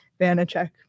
Vanacek